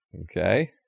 Okay